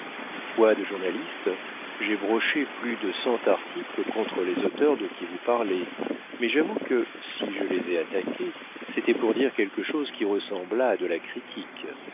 foi de journaliste j'ai broché plus de cent articles contre les auteurs de qui vous parlez mais j'avoue que si je les ai attaqués c'était pour dire quelque chose qui ressemblât à de la critique